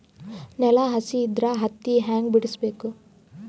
ನೆಲ ಹಸಿ ಇದ್ರ ಹತ್ತಿ ಹ್ಯಾಂಗ ಬಿಡಿಸಬೇಕು?